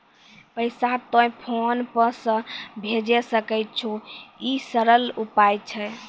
पैसा तोय PhonePe से भैजै सकै छौ? ई सरल उपाय छै?